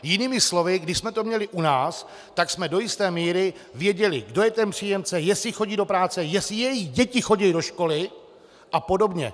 Jinými slovy, když jsme to měli u nás, tak jsme do jisté míry věděli, kdo je příjemce, jestli chodí do práce, jestli jejich děti chodí do školy a podobně.